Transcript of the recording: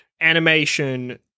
animation